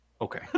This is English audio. okay